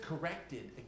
corrected